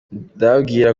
ndababwira